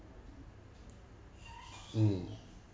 mm